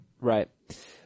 Right